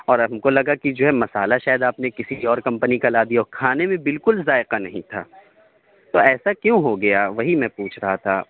اور ہم کو لگا کہ جو ہے مسالہ شاید آپ نے کسی اور کمپنی کا لا دیا ہو کھانے میں بالکل ذائقہ نہیں تھا تو ایسا کیوں ہو گیا وہی میں پوچھ رہا تھا